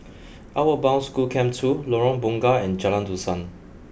Outward Bound School Camp two Lorong Bunga and Jalan Dusan